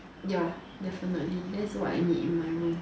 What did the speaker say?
ya definitely then that's what I need in my room